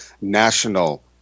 national